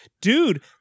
Dude